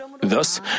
Thus